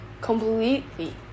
completely